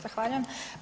Zahvaljujem.